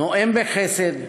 נואם בחסד,